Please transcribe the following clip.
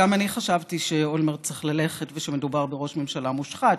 גם אני חשבתי שאולמרט צריך ללכת ושמדובר בראש ממשלה מושחת,